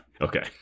Okay